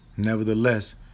Nevertheless